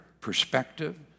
perspective